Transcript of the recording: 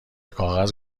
کاغذ